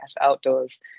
outdoors